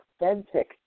authentic